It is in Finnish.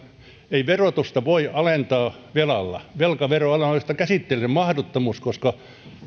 ei verotusta voi alentaa velalla velkaveronalennukset ovat käsitteellinen mahdottomuus koska